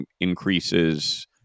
increases